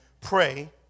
pray